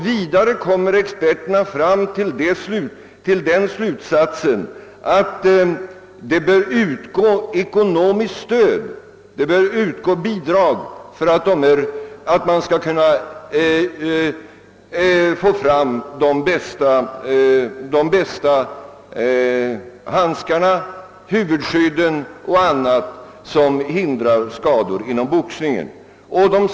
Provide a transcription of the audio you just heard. Vidare kom de till den slutsatsen att det bör utgå ekonomiska bidrag till utarbetandet av bästa möjliga typer av handskar, huvudskydd och ringunderlag som skall förhindra skador inom boxningen.